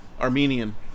armenian